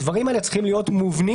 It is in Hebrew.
הדברים האלה צריכים להיות מובנים.